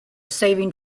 saving